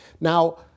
Now